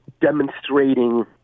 demonstrating